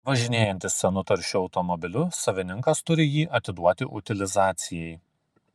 važinėjantis senu taršiu automobiliu savininkas turi jį atiduoti utilizacijai